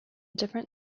different